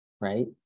right